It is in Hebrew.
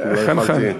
חן חן.